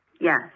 Yes